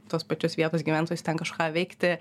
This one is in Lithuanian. tuos pačius vietos gyventojus ten kažką veikti